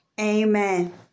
Amen